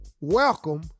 welcome